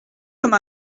comme